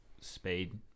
speed